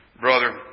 brother